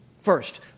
First